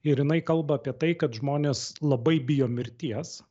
ir jinai kalba apie tai kad žmonės labai bijo mirties